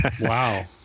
wow